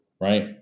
right